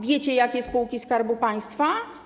Wiecie, w jakie spółki Skarbu Państwa?